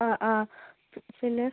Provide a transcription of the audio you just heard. ആ ആ പിന്നെ